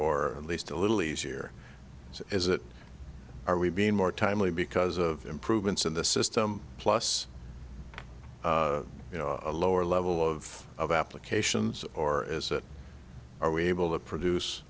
or at least a little easier is it are we being more timely because of improvements in the system plus you know a lower level of of applications or is it are we able to produce